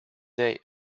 they